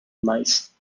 mice